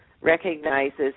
recognizes